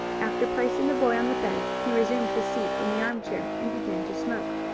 after placing the boy on the bed he resumed his seat in the armchair and began to smoke.